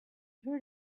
heard